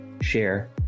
share